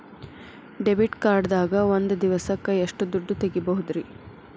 Debit card ದಾಗ ಒಂದ್ ದಿವಸಕ್ಕ ಎಷ್ಟು ದುಡ್ಡ ತೆಗಿಬಹುದ್ರಿ?